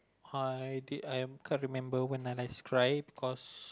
I did I can't remembered when I last cried because